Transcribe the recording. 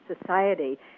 society